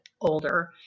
older